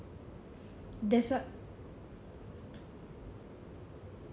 that's why